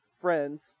friends